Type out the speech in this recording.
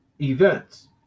events